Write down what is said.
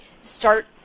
start